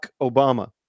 Obama